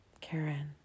Karen